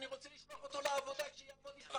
אני רוצה לשלוח אותו לעבודה שיתפרנס.